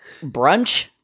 brunch